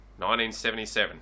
1977